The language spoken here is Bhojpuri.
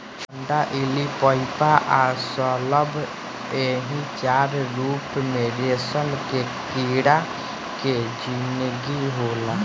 अंडा इल्ली प्यूपा आ शलभ एही चार रूप में रेशम के कीड़ा के जिनगी होला